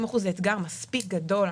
30% הוא אתגר מספיק גדול.